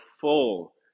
full